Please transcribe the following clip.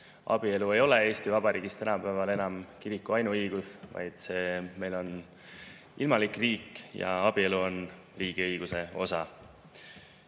abielu ei ole Eesti Vabariigis tänapäeval enam kiriku ainuõigus, vaid meil on ilmalik riik ja abielu on riigiõiguse osa.